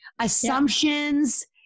assumptions